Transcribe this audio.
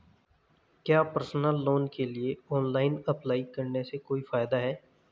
क्या personal loan के लिए ऑनलाइन अप्लाई करने से कोई फायदा है?